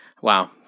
Wow